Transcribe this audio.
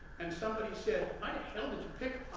and somebody said, i to pick